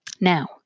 Now